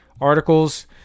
articles